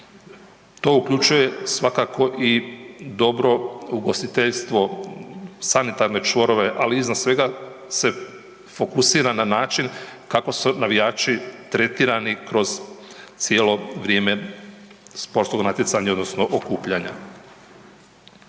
To uključuje svakako i dobro ugostiteljstvo, sanitarne čvorove, ali izvan svega se fokusira na način kako se navijači tretirani kroz cijelo vrijeme sportskog natjecanja odnosno okupljanja.